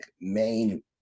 main